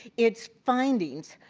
it's findings.